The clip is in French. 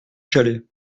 chalet